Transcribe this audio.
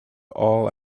all